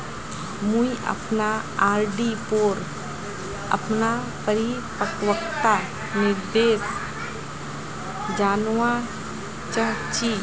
मुई अपना आर.डी पोर अपना परिपक्वता निर्देश जानवा चहची